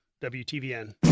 WTVN